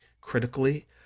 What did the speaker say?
critically